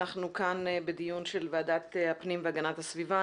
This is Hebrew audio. אנחנו כאן בדיון של ועדת הפנים והגנת הסביבה.